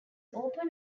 open